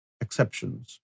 exceptions